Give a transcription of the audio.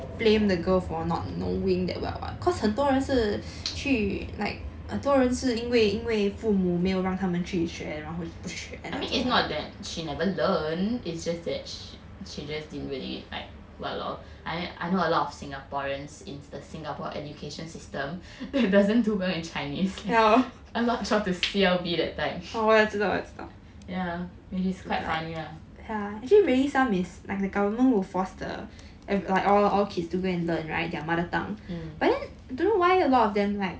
I mean it's not that she never learn it's just that she just didn't really like [what] lor I know a lot singaporeans is the singapore education system doesn't do well in chinese I'm not sure of the C_L_B that type yeah which it's quite funny lah mm